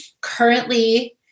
currently